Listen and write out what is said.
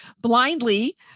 blindly